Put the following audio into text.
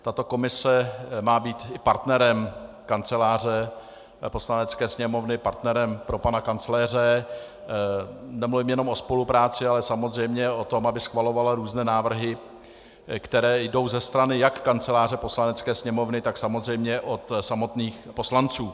Tato komise má být partnerem Kanceláře Poslanecké sněmovny, partnerem pro pana kancléře, nemluvím jen o spolupráci, ale samozřejmě o tom, aby schvalovala různé návrhy, které jdou ze strany jak Kanceláře Poslanecké sněmovny, tak samozřejmě od samotných poslanců.